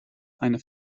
eine